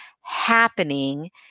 happening